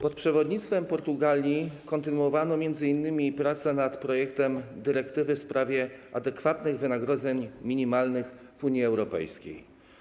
Pod przewodnictwem Portugalii kontynuowano m.in. prace nad projektem dyrektywy w sprawie adekwatnych wynagrodzeń minimalnych w Unii Europejskiej.